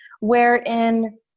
wherein